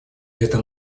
это